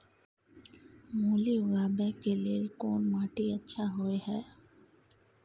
मूली उगाबै के लेल कोन माटी अच्छा होय है?